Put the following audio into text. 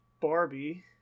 Barbie